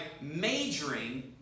majoring